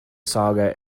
saga